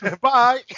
Bye